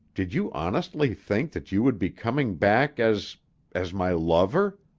did you honestly think that you would be coming back as as my lover?